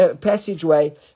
passageway